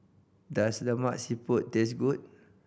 does Lemak Siput taste good